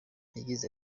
yagize